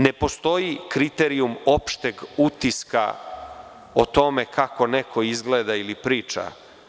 Ne postoji kriterijum opšteg utiska o tome kako neko izgleda ili priča.